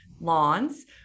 lawns